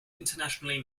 internationally